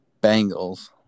Bengals